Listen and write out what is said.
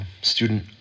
student